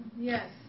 Yes